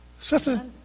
Sister